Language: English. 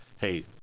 hey